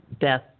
death